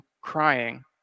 crying